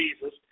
Jesus